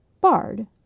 bard